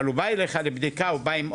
אבל לבדיקה הוא בא עם אוטו,